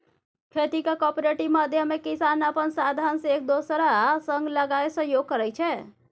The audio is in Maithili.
खेतीक कॉपरेटिव माध्यमे किसान अपन साधंश एक दोसरा संग लगाए सहयोग करै छै